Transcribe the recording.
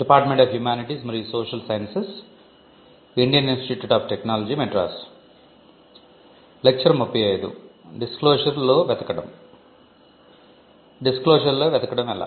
డిస్క్లోసర్లో వెతకడం ఎలా